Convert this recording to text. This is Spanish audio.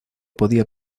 podía